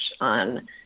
on